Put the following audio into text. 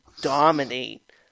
dominate